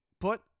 put